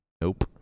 Nope